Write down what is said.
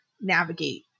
navigate